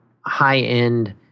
high-end